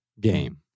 game